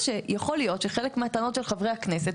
שיכול להיות שחלק מהטענות של חברי הכנסת,